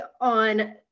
on